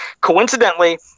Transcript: coincidentally